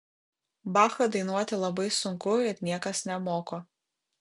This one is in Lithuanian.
bachą dainuoti labai sunku ir niekas nemoko